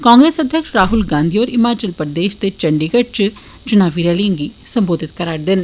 कांग्रेस अध्यक्ष राहल गांधी होर हिमाचल प्रदेश दे चंडीगढ़ च चुनावी रैलिएं गी संबोधित करा र दे न